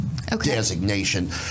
designation